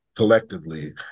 collectively